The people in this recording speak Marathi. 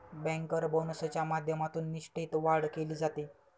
बँकर बोनसच्या माध्यमातून निष्ठेत वाढ केली जाते